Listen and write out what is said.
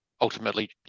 ultimately